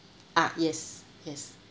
ah yes yes